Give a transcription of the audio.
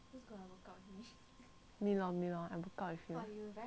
me lor me lor I work out with you